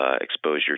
Exposure